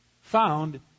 Found